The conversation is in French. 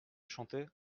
chanter